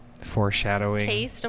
foreshadowing